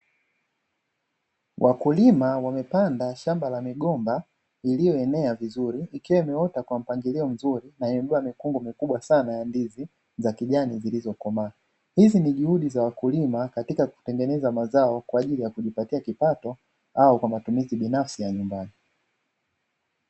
Wakulima wamepanda shamba la migomba iliyoenea vizuri ikiwa imeota kwa mpangilio mzuri na imebeba mikungu mikubwa sana ya ndizi za kijani zilizokomaa, hizi ni juhudi za wakulima katika kutengeneza mazao ili kujipatia kipato au kwa matumizi binafsi ya nyumbani.